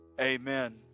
Amen